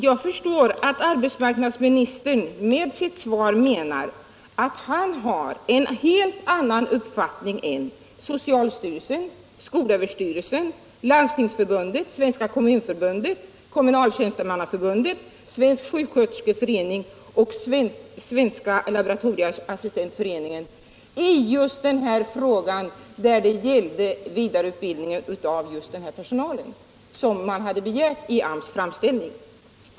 Jag förstår att arbetsmarknadsministern med sitt svar menar att han har en helt annan uppfattning än socialstyrelsen, skolöverstyrelsen, Landstingsförbundet, Svenska kommunförbundet, Kommunaltjänstemannaförbundet, Svensk sjuksköterskeförening och Svenska laboratorieassistentföreningen när det gäller den vidareutbildning av personalen som begärts i AMS framställning.